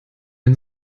den